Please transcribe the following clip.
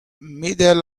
middle